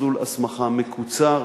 מסלול הסמכה מקוצר.